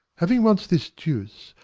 having once this juice,